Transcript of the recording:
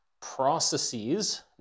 Processes